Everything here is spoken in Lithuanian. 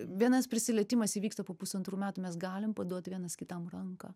vienas prisilietimas įvyksta po pusantrų metų mes galim paduot vienas kitam ranką